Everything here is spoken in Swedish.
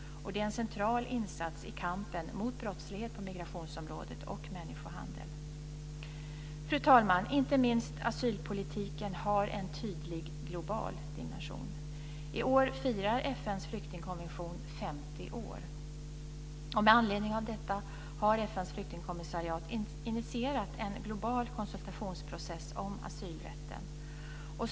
Detta är en central insats i kampen mot brottslighet på migrationsområdet och människohandel. Fru talman! Inte minst asylpolitiken har en tydlig global dimension. I år firar FN:s flyktingkonvention 50 år. Med anledning av detta har FN:s flyktingkommissariat initierat en global konsultationsprocess om asylrätten.